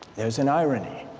there's an irony